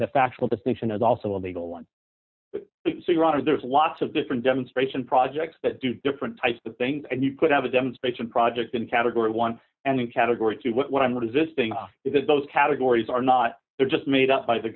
the factual distinction is also a legal one one hundred there's lots of different demonstration projects that do different types of things and you could have a demonstration project in category one and category two but what i'm resisting is those categories are not they're just made up by the